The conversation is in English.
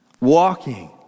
Walking